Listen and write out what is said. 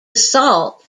assault